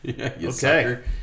okay